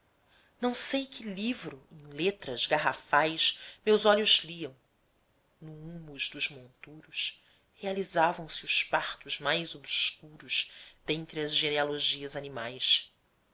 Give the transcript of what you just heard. não sei que livro em letras garrafais meus olhos liam no húmus dos monturos realizavam se os partos mais obscuros dentre as